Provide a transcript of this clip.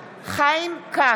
כץ,